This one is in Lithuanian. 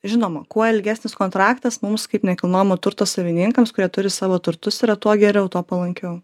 žinoma kuo ilgesnis kontraktas mums kaip nekilnojamo turto savininkams kurie turi savo turtus yra tuo geriau tuo palankiau